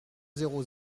zéro